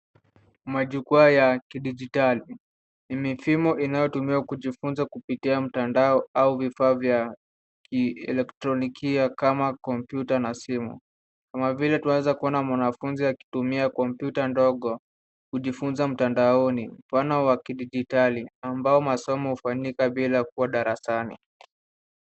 Majukwaa ya kidijitali ni mifumo inayotumiwa kujifunza kupitia mtandao au vifaa vya kieletronikia kama kompyuta na simu .Kuna vile tunaeza kumwona mwanafunzi akitumia kompyuta ndogo kujifunza mtandaoni mfano wa kidijitali ambao masomo hufanyika bila kuwa darasani.